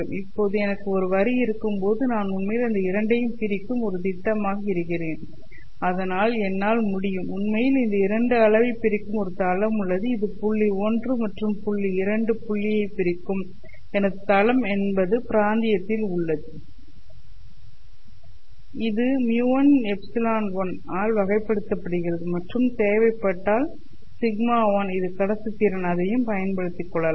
இப்போது எனக்கு ஒரு வரி இருக்கும்போது நான் உண்மையில் இந்த இரண்டையும் பிரிக்கும் ஒரு திட்டமாக இருக்கிறேன் அதனால் என்னால் முடியும் உண்மையில் இந்த 2 அளவைப் பிரிக்கும் ஒரு தளம் உள்ளது இது புள்ளி 1 மற்றும் புள்ளி 2 புள்ளியைப் பிரிக்கும் எனது தளம் என்பது பிராந்தியத்தில் உள்ளது இது μ1 ε1 ஆல் வகைப்படுத்தப்படுகிறது மற்றும் தேவைப்பட்டால் σ1 இது கடத்துத்திறன் அதையும் பயன்படுத்திக் கொள்ளலாம்